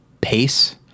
pace